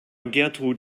gertrud